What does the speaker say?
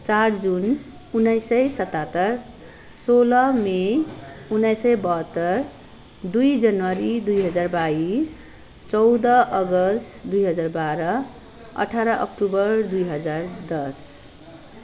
चार जुन उन्नाइस सय सत्तहतर सोह्र मे उन्नाइस सय बहत्तर दुई जनवरी दुई हजार बाइस चौध अगस्ट दुई हजार बाह्र अठार अक्टोबर दुई हजार दस